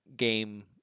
game